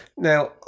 Now